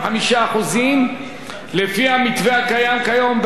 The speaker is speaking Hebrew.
לפי המתווה הקיים כיום בחוק רשות השידור,